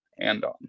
Andon